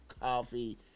coffee